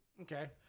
Okay